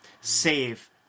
save